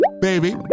Baby